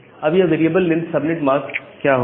अब यह variable length subnet mask क्या होगा